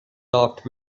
laughed